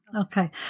Okay